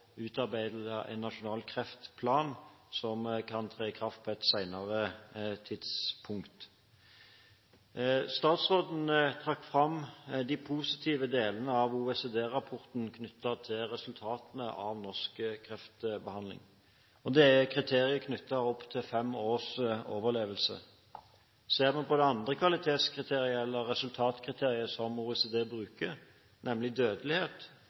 en nasjonal kreftplan som kan tre i kraft på et senere tidspunkt. Statsråden trakk fram de positivene delene av OECD-rapporten knyttet til resultatene av norsk kreftbehandling. Det er kriteriet knyttet opp til fem års overlevelse. Ser man på det andre resultatkriteriet som OECD bruker, nemlig dødelighet,